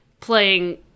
playing